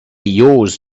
yours